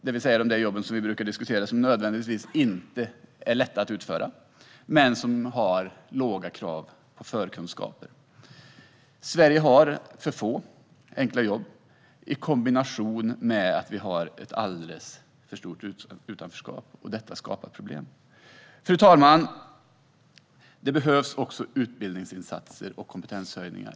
Dessa jobb, som vi brukar diskutera, är inte nödvändigtvis lätta att utföra, men de ställer låga krav på förkunskaper. Sverige har för få enkla jobb. I kombination med att vi har ett alldeles för stort utanförskap skapar detta problem. Fru talman! Det behövs också utbildningsinsatser och kompetenshöjningar.